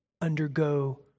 undergo